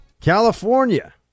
California